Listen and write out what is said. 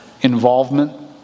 involvement